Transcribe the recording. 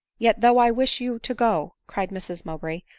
yet though i wish you to go, cried mrs mowbray,